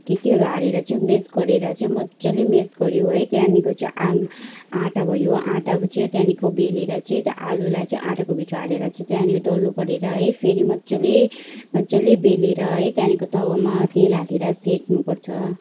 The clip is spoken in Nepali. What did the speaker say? के केहरू हालेर चाहिँ म्यास गरेर चाहिँ मजाले म्यास गऱ्यो है त्यहाँदेखिको चाहिँ आँ आँटा भयो आँटाको चाहिँ त्यहाँदेखिको बेलेर चाहिँ त्यो आलुलाई चाहिँ आँटाको भित्र हालेर त्यहाँदेखिको डल्लो गरेर है फेरि मजाले मजाले बेलेर है त्यहाँदेखिको तावामा तेल हालेर सेक्नुपर्छ